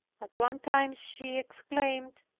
at one time she exclaimed,